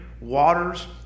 waters